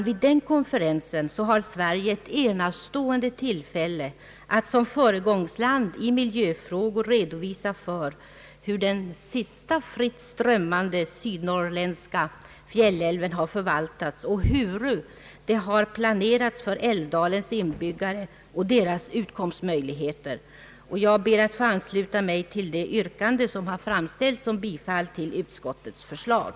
Vid den konferensen har Sverige ett enastående tillfälle att som föregångsland i miljöfrågor redovisa hur den sista fritt strömmande sydnorrländska fjällälven har förvaltats och hur det har planerats för älvdalens inbyggare och deras utkomstmöjligheter. Jag ber, herr talman, att få ansluta mig till det yrkande som har framställts om bifall till utskottets förslag.